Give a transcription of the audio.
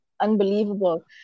unbelievable